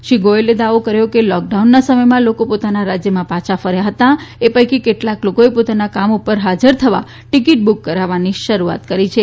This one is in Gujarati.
શ્રી ગોયલે દાવો કર્યો હતો કે લોકડાઉનના સમયમાં લોકો પોતાના રાજ્યમાં પાછા ફર્યા હતા એ પૈકી કેટલાક લોકોએ પોતાના કામ ઉપર હાજર થવા ટિકીટ બુક કરવાની શરૂઆત કરી છે